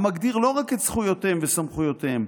המגדיר לא רק את זכויותיהם וסמכויותיהם,